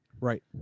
Right